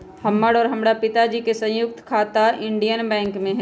हमर और हमरा पिताजी के संयुक्त खाता इंडियन बैंक में हई